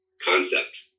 concept